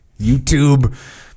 YouTube